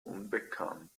unbekannt